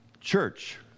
church